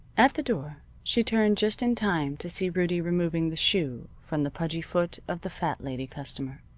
at the door she turned just in time to see rudie removing the shoe from the pudgy foot of the fat lady customer.